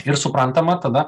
ir suprantama tada